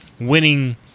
winning